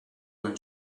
than